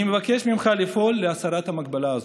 אני מבקש ממך לפעול להסרת המגבלה הזאת.